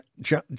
John